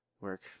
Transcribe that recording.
work